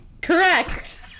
Correct